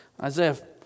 Isaiah